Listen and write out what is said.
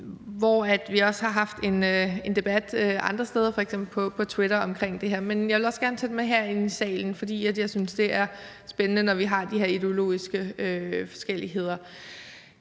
har også haft en debat andre steder, f.eks. på Twitter, om det her, men jeg vil også gerne tage den med herind i salen, for jeg synes, det er spændende, når vi har de her ideologiske forskelligheder.